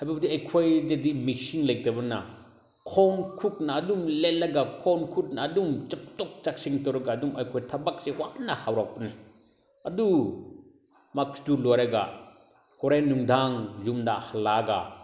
ꯍꯥꯏꯕꯕꯨꯗꯤ ꯑꯩꯈꯣꯏꯗꯗꯤ ꯃꯦꯆꯤꯟ ꯂꯩꯇꯕꯅ ꯈꯣꯡ ꯈꯨꯠꯅ ꯑꯗꯨꯝ ꯂꯦꯜꯂꯒ ꯈꯣꯡ ꯈꯨꯠꯅ ꯑꯗꯨꯝ ꯆꯠꯊꯣꯛ ꯆꯠꯁꯤꯟ ꯇꯧꯔꯒ ꯑꯗꯨꯝ ꯑꯩꯈꯣꯏ ꯊꯕꯛꯁꯦ ꯋꯥꯅ ꯍꯧꯔꯛꯄꯅꯦ ꯑꯗꯨ ꯃꯗꯨ ꯂꯣꯏꯔꯒ ꯍꯣꯔꯦꯟ ꯅꯨꯡꯗꯥꯡ ꯌꯨꯝꯗ ꯍꯜꯂꯛꯑꯒ